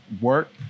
work